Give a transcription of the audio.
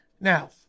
Now